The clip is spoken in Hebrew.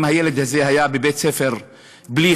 אם הילד הזה היה בבית-הספר בליך,